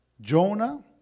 Jonah